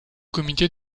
comité